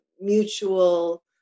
mutual